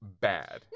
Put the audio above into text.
bad